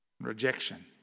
rejection